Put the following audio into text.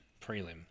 prelim